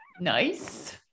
Nice